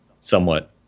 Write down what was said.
somewhat